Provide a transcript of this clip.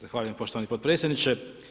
Zahvaljujem poštovani potpredsjedniče.